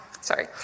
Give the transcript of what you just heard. sorry